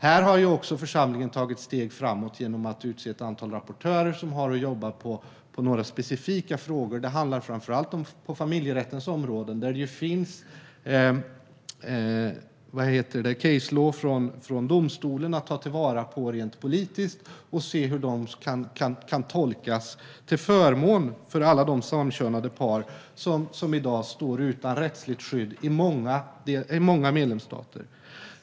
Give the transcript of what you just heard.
Församlingen har också tagit steg framåt genom att utse ett antal rapportörer som har att jobba på några specifika frågor. Det handlar framför allt om familjerättens områden, där det finns case law från domstolen att ta vara på rent politiskt och se hur det kan tolkas till förmån för alla de samkönade par som i dag står utan rättsligt skydd i många medlemsstater.